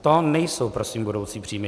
To nejsou prosím budoucí příjmy.